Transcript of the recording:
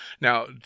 Now